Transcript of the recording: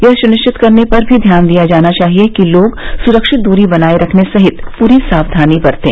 यह सुनिश्चित करने पर भी ध्यान दिया जाना चाहिए कि लोग सुरक्षित दूरी बनाए रखने सहित पूरी सावधानी बरतें